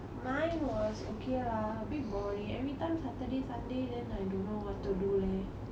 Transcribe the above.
mine was okay lah a bit boring everytime saturday sunday then I don't know what to do leh